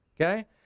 okay